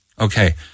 Okay